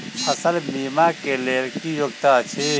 फसल बीमा केँ लेल की योग्यता अछि?